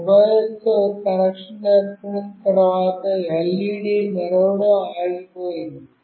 ఈ మొబైల్తో కనెక్షన్ ఏర్పడిన తర్వాత LED మెరవడం ఆగిపోయింది